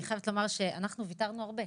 אני חייבת לומר שאנחנו ויתרנו הרבה,